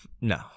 No